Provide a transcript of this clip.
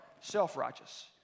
self-righteous